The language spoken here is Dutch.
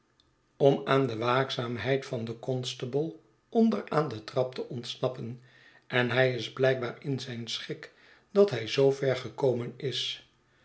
hem gelukt de waakzaamheid van den constable onder aan de trap te ontsnappen en hij is bhjkbaar in zijn schik dat hij zoo ver gekomen is